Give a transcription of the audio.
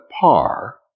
par